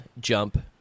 jump